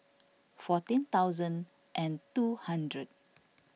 fourteen thousand and two hundred